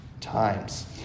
times